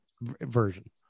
version